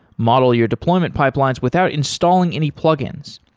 model your deployment pipelines without installing any plug-ins.